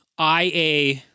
IA